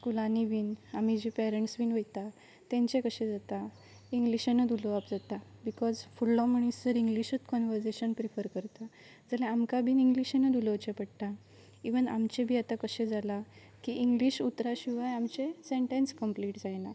स्कुलांनी बीन आमी जे पेरंट्स बीन वयता तेंचे कशें जाता इंग्लिशनूत उलोवप जाता बिकॉज फुडलो मनीस जर इंग्लिशूच कनवर्सेशन प्रिफर करता जाल्यार आमकां बीन इंग्लिशनूच उलोवचें पडटा इवन आमचें बी आतां कशें जालां की इंग्लीश उतरां शिवाय आमचे सेंटेंन्स कंप्लीट जायना